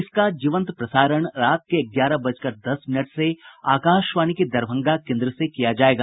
इसका जीवंत प्रसारण रात के ग्यारह बजकर दस मिनट से आकाशवाणी के दरभंगा केन्द्र से किया जायेगा